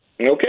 Okay